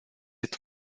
est